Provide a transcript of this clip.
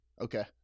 Okay